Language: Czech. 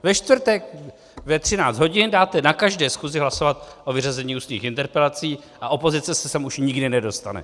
Ve čtvrtek ve 13 hodin dáte na každé schůzi hlasovat o vyřazení ústních interpelací a opozice se sem už nikdy nedostane.